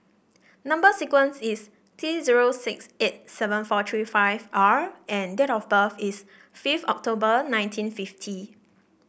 number sequence is T zero six eight seven four three five R and date of birth is fifth October nineteen fifty